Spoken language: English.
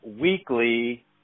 weekly